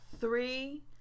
three